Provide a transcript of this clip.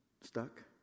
stuck